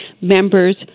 members